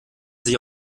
sich